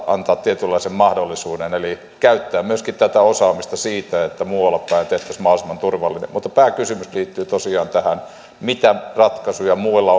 antaa tietynlaisen mahdollisuuden käyttää myöskin tätä osaamista siitä että muualla päin tehtäisiin mahdollisimman turvallisesti mutta pääkysymys liittyy tosiaan tähän mitä ratkaisuja muualla